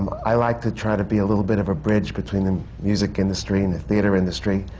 i like to try to be a little bit of a bridge between the music industry and the theatre industry,